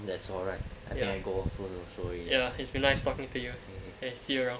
that's all right and then I go photo so ya he's been nice talking to you and sireh